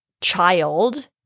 child